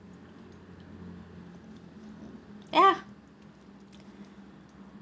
ya